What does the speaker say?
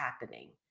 happening